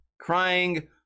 Crying